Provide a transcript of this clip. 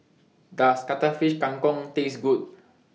Does Cuttlefish Kang Kong Taste Good